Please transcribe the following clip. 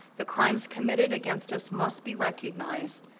the crimes committed against us must be recognized,